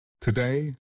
Today